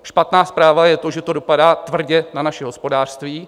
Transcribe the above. Špatná zpráva je to, že to dopadá tvrdě na naše hospodářství.